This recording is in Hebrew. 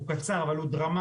הוא קצר אבל הוא דרמטי